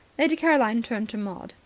lady caroline turned to maud.